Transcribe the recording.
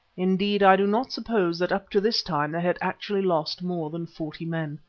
indeed, i do not suppose that up to this time they had actually lost more than forty men.